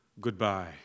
goodbye